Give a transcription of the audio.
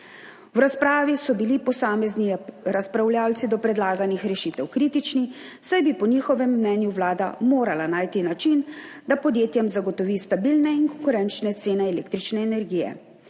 V razpravi so bili posamezni razpravljavci do predlaganih rešitev kritični, saj bi po njihovem mnenju Vlada morala najti način, da podjetjem zagotovi stabilne in konkurenčne cene električne energije.